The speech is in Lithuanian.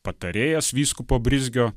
patarėjas vyskupo brizgio